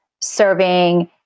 serving